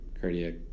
Cardiac